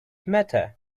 matter